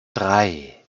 drei